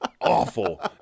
awful